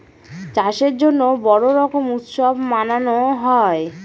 চাষের জন্য বড়ো রকম উৎসব মানানো হয়